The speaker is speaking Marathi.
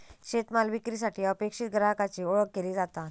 शेतमाल विक्रीसाठी अपेक्षित ग्राहकाची ओळख केली जाता